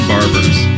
Barbers